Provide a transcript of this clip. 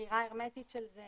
סגירה הרמטית של זה